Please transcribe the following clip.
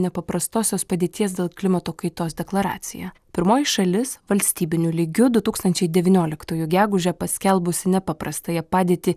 nepaprastosios padėties dėl klimato kaitos deklaraciją pirmoji šalis valstybiniu lygiu du tūkstančiai devynioliktųjų gegužę paskelbusi nepaprastąją padėtį